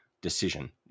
decision